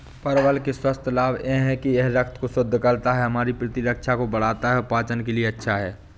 परवल के स्वास्थ्य लाभ यह हैं कि यह रक्त को शुद्ध करता है, हमारी प्रतिरक्षा को बढ़ाता है, पाचन के लिए अच्छा है